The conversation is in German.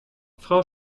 frau